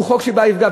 הוא חוק שבא לפגוע,